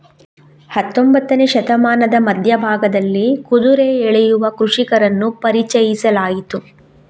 ಹತ್ತೊಂಬತ್ತನೇ ಶತಮಾನದ ಮಧ್ಯ ಭಾಗದಲ್ಲಿ ಕುದುರೆ ಎಳೆಯುವ ಕೃಷಿಕರನ್ನು ಪರಿಚಯಿಸಲಾಯಿತು